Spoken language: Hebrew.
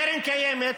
קרן קיימת, קרן קיימת,